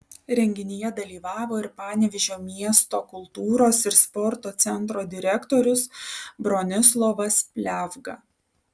renginyje dalyvavo ir panevėžio miesto kultūros ir sporto centro direktorius bronislovas pliavga